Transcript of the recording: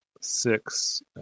six